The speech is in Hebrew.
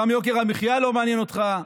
גם יוקר המחיה לא מעניין אותך.